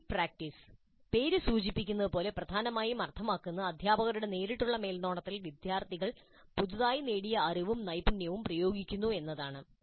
guided practice പേര് സൂചിപ്പിക്കുന്നത് പോലെ പ്രധാനമായും അർത്ഥമാക്കുന്നത് അധ്യാപകരുടെ നേരിട്ടുള്ള മേൽനോട്ടത്തിൽ വിദ്യാർത്ഥികൾ പുതുതായി നേടിയ അറിവും നൈപുണ്യവും പ്രയോഗിക്കുന്നു എന്നാണ്